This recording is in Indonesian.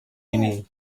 ini